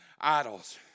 Idols